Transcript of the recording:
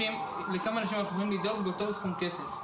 לכמה אנשים אנחנו יכולים לדאוג באותו סכום כסף,